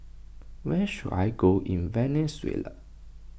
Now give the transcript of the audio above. where should I go in Venezuela